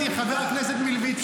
הוא יכול לחכות למינוי של המועצה הבאה.